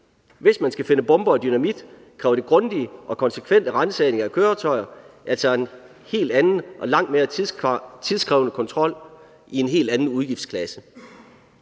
Hvis man skal finde bomber og dynamit, kræver det grundige og konsekvente ransagninger af køretøjer, altså en helt anden og langt mere tidkrævende kontrol i en helt anden udgiftsklasse.